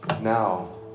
Now